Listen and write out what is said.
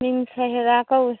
ꯃꯤꯡ ꯁꯍꯦꯔꯥ ꯀꯧꯏ